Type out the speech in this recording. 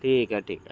ठीक आहे ठीक आहे